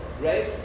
Right